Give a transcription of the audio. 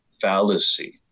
fallacy